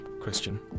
Christian